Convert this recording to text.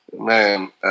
man